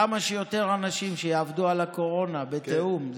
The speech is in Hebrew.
כמה שיותר אנשים שיעבדו על הקורונה בתיאום,